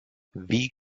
wie